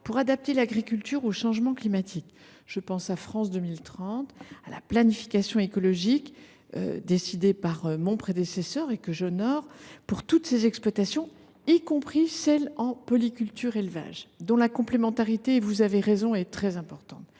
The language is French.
à adapter l’agriculture au changement climatique. Je pense à France 2030 ou à la planification écologique, décidée par mon prédécesseur et que je mets en œuvre pour toutes ces exploitations, y compris celles qui sont en polyculture élevage, dont la complémentarité, je suis d’accord avec vous, est très importante.